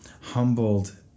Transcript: humbled